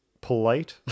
Polite